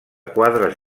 quadres